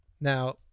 Now